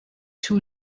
two